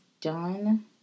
done